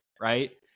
Right